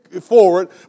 forward